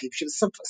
אחיו של סבא.